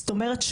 זאת אומרת,